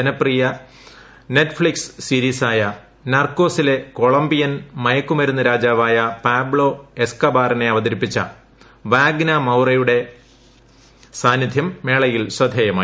ജനപ്രിയ നെറ്റ്ഫ്ളിക്സ് സീരീസ്ടായ നർക്കോസിലെ കൊളംബിയൻ മയക്കുമരുന്ന് രാജാവായ പാബ്ലോ എസ്കബാറിനെ അവതരിപ്പിച്ച വാഗ്ന മൌറയുടെ സാന്നിധ്യം മേളയിൽ ശ്രദ്ധേയമായി